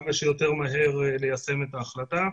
כמה שיותר מהר ליישם את ההחלטה.